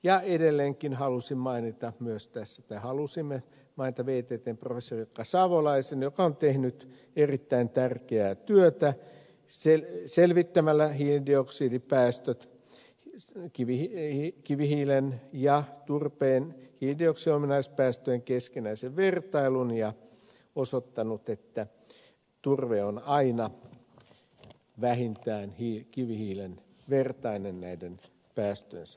ja edelleen halusimme mainita myös tässä ja halusimme voiton vei kitee vttn professori jukka savolaisen joka on tehnyt erittäin tärkeää työtä selvittämällä kivihiilen ja turpeen hiilidioksidiominaispäästöjen keskinäisen vertailun ja osoittanut että turve on aina vähintään kivihiilen vertainen näiden päästöjensä osalta